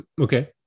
Okay